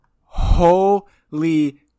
holy